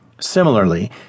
Similarly